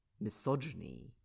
misogyny